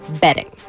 betting